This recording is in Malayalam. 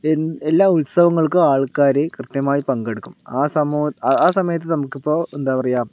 എല്ലാ ഉത്സവങ്ങൾക്കും ആൾക്കാര് കൃത്യമായി പങ്കെടുക്കും ആ സമൂഹ ആ സമയത്ത് നമുക്കിപ്പോൾ എന്താ പറയുക